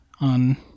on